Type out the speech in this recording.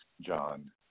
John